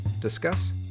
discuss